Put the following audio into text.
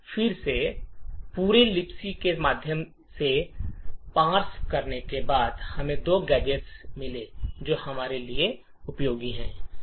फिर से पूरे लिबक के माध्यम से पार्स करने के बाद हमें दो गैजेट मिले जो हमारे लिए उपयोगी होंगे